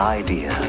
idea